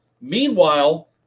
meanwhile